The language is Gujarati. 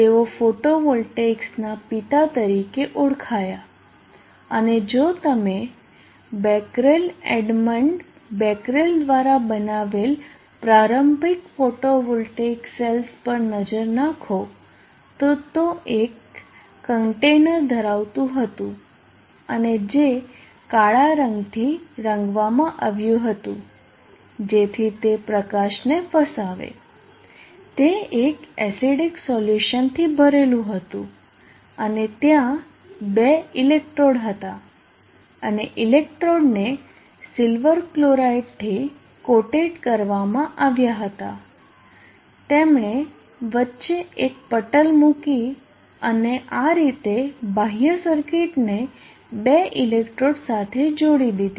તેઓ ફોટોવોલ્ટેક્સના પિતા તરીકે ઓળખાયા અને જો તમે બેકરેલ એડમંડ બેકરેલ દ્વારા બનાવેલા પ્રારંભિક ફોટોવોલ્ટેઇક સેલ્સ પર નજર નાખો તો તે એક કન્ટેનર ધરાવતું હતું અને જે કાળા રંગથી રંગવામાં આવ્યું હતું જેથી તે પ્રકાશને ફસાવે તે એક એસિડિક સોલ્યુશનથી ભરેલું હતું અને ત્યાં બે ઇલેક્ટ્રોડ હતા અને ઇલેક્ટ્રોડને સિલ્વર ક્લોરાઇડથી કોટેડ કરવામાં આવ્યા હતા તેમણે વચ્ચે એક પટલ મૂકી અને આ રીતે બાહ્ય સર્કિટને બે ઇલેક્ટ્રોડ સાથે જોડી દીધી